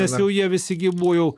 nes jau jie visi gi buvo jau